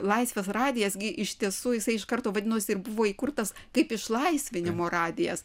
laisvės radijas gi iš tiesų jisai iš karto vadinosi ir buvo įkurtas kaip išlaisvinimo radijas